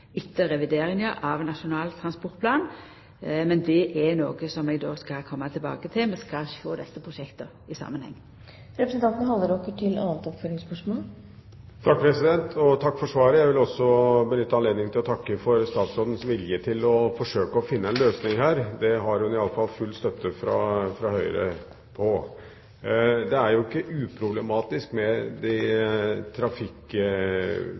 etter revideringa av Nasjonal transportplan. Men det er noko som eg skal koma tilbake til. Vi skal sjå desse prosjekta i samanheng. Takk for svaret. Jeg vil også benytte anledningen til å takke for statsrådens vilje til å forsøke å finne en løsning. Her har hun i alle fall full støtte fra Høyre. Trafikkforholdene for myke trafikanter er i dag ikke